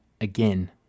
again